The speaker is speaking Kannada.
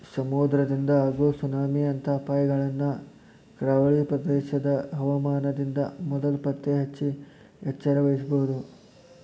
ಸಮುದ್ರದಿಂದ ಆಗೋ ಸುನಾಮಿ ಅಂತ ಅಪಾಯಗಳನ್ನ ಕರಾವಳಿ ಪ್ರದೇಶದ ಹವಾಮಾನದಿಂದ ಮೊದ್ಲ ಪತ್ತೆಹಚ್ಚಿ ಎಚ್ಚರವಹಿಸಬೊದು